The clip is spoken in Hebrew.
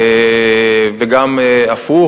וגם הפוך.